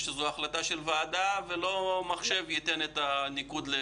וזאת החלטה של ועדה ולא מחשב ייתן את הניקוד.